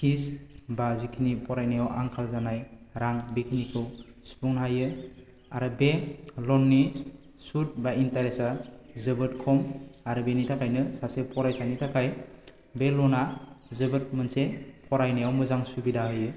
फिस बा जेखिनि फरायनायाव आंखाल जानाय रां बेखिनिखौ सुफुंनो हायो आरो बे लननि सुद बा इन्टारेसा जोबोद खम आरो बेनि थाखायनो सासे फरायसानि थाखाय बे लनआ जोबोद मोनसे फरायनायाव मोजां सुबिदा होयो